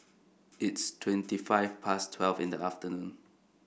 its twenty five past twelve in the afternoon